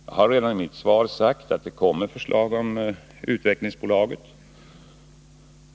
Jag har redan i mitt svar sagt att det kommer att läggas fram förslag beträffande utvecklingsbolaget.